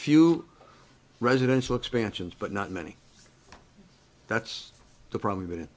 few residential expansions but not many that's the problem but it